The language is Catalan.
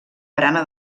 barana